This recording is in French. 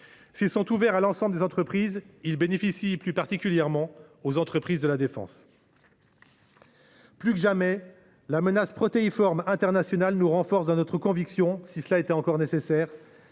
S’ils sont ouverts à l’ensemble des entreprises, ils bénéficient plus particulièrement à celles de la défense. Plus que jamais, la menace protéiforme internationale nous renforce, si cela était encore nécessaire,